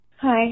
Hi